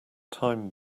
time